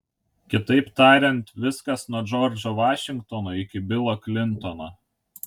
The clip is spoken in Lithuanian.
kitaip tariant viskas nuo džordžo vašingtono iki bilo klintono